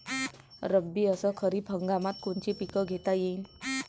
रब्बी अस खरीप हंगामात कोनचे पिकं घेता येईन?